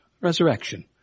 Resurrection